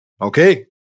Okay